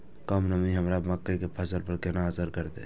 कम नमी हमर मक्का के फसल पर केना असर करतय?